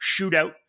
shootout